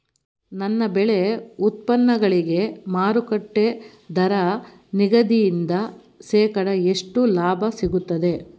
ನನ್ನ ಬೆಳೆ ಉತ್ಪನ್ನಗಳಿಗೆ ಮಾರುಕಟ್ಟೆ ದರ ನಿಗದಿಯಿಂದ ಶೇಕಡಾ ಎಷ್ಟು ಲಾಭ ಸಿಗುತ್ತದೆ?